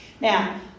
now